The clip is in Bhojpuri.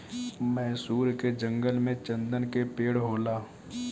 मैसूर के जंगल में चन्दन के पेड़ होला